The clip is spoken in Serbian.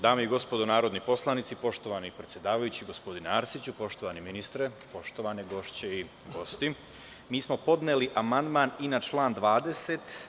Dame i gospodo narodni poslanici, poštovani predsedavajući, poštovani ministre, poštovane gošće, mi smo podneli amandman i na član 20.